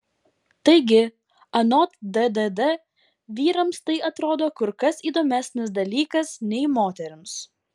taigi anot ddd vyrams tai atrodo kur kas įdomesnis dalykas nei moterims